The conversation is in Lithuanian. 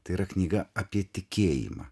tai yra knyga apie tikėjimą